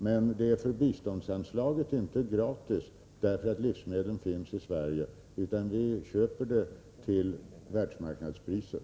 Men ett sådant överskott i Sverige är inte gratis, utan vi köper till världsmarknadspriser.